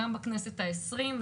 גם בכנסת העשרים,